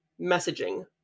messaging